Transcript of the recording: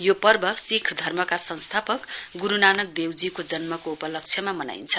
यो पर्व सिख धर्मका संस्थापक ग्रूनानक देवजीको जन्मको उपलक्ष्यमा मनाइन्छ